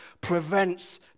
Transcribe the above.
prevents